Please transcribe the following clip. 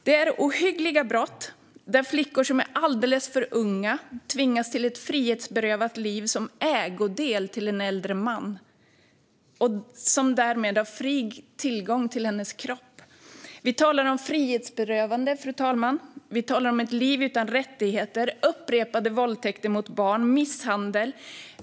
Det handlar om ohyggliga brott där flickor som är alldeles för unga tvingas till ett frihetsberövat liv som ägodel till en äldre man, som därmed har fri tillgång till hennes kropp. Vi talar om frihetsberövande, fru talman. Vi talar om ett liv utan rättigheter och med upprepade våldtäkter mot barn, liksom misshandel.